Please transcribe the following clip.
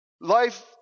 Life